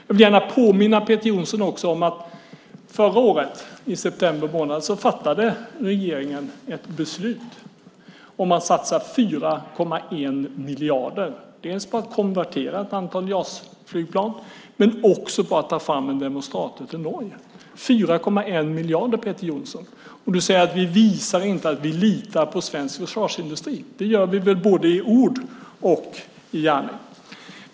Jag vill också gärna påminna Peter Jonsson om att förra året i september månad fattade regeringen ett beslut om att satsa 4,1 miljarder, dels på att konvertera ett antal JAS-flygplan, dels på att ta fram en demonstrator till Norge. 4,1 miljarder, Peter Jonsson, och du säger att vi inte visar att vi litar på svensk försvarsindustri. Det gör vi väl både i ord och i gärning.